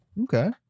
Okay